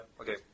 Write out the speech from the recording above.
Okay